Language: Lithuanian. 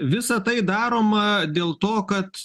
visa tai daroma dėl to kad